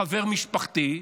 חבר משפחתי.